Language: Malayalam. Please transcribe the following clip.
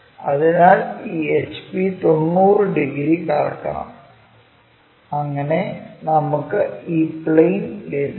അതിനാൽ ഈ HP 90 ഡിഗ്രി കറക്കണം അങ്ങനെ നമുക്ക് ഈ പ്ലെയിൻ ലഭിക്കും